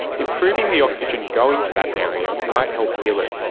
improving the oxygen going to that area might help heal it.